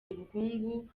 ubukungu